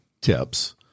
tips